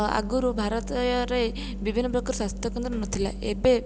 ଆଗୁରୁ ଭାରତୀୟ ରେ ବିଭିନ୍ନ ପ୍ରକାର ସ୍ଵାସ୍ଥ୍ୟ କେନ୍ଦ୍ର ନଥିଲା ଏବେ